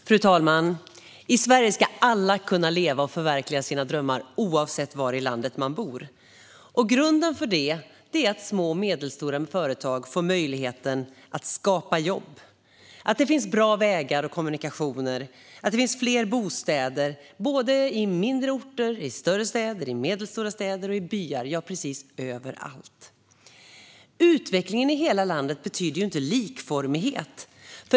Fru talman! I Sverige ska alla kunna leva och förverkliga sina drömmar oavsett var i landet man bor. Grunden för det är att små och medelstora företag får möjlighet att skapa jobb, att det finns bra vägar och kommunikationer och att det finns fler bostäder i mindre orter, i större städer, i medelstora städer och i byar - ja, precis överallt. Utveckling i hela landet betyder inte likformighet.